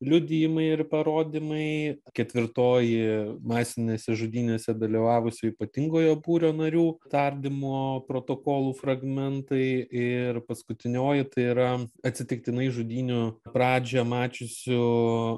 liudijimai ir parodymai ketvirtoji masinėse žudynėse dalyvavusių ypatingojo būrio narių tardymo protokolų fragmentai ir paskutinioji tai yra atsitiktinai žudynių pradžią mačiusių